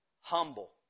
humble